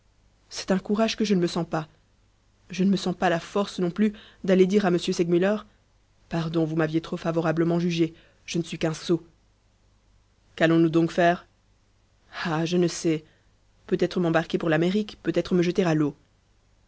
c'est un courage que je ne me sens pas je ne me sens pas la force non plus d'aller dire à m segmuller pardon vous m'aviez trop favorablement jugé je ne suis qu'un sot qu'allons-nous donc faire ah je ne sais peut-être m'embarquer pour l'amérique peut-être me jeter à l'eau